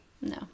No